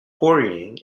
quarrying